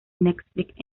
netflix